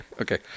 Okay